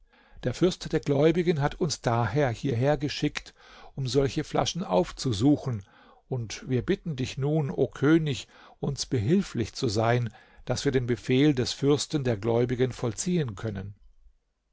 der fürst der gläubigen hat uns daher hierher geschickt um solche flaschen aufzusuchen und wir bitten dich nun o könig uns behilflich zu sein daß wir den befehl des fürsten der gläubigen vollziehen können